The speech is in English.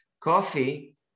Coffee